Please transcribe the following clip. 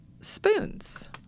spoons